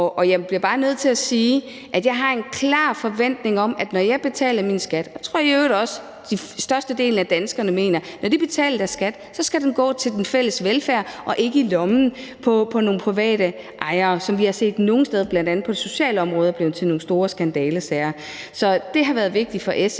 Jeg bliver bare nødt til at sige, at jeg har en klar forventning om – og det tror jeg i øvrigt også at størstedelen af danskerne mener – at når man betaler sin skat, skal den gå til den fælles velfærd og ikke i lommen på nogle private ejere, sådan som vi har set det nogle steder, bl.a. på socialområdet, hvor det er blevet til nogle store skandalesager. Så det har været vigtigt for SF.